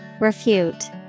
Refute